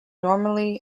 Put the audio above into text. normally